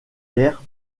guerre